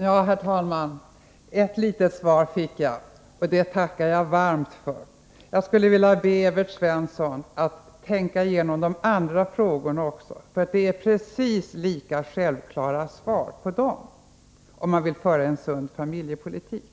Herr talman! Ett litet svar fick jag, och det tackar jag varmt för. Jag skulle vilja be Evert Svensson att tänka igenom de andra frågorna också, för det finns precis lika självklara svar på dem, om man vill föra en sund familjepolitik.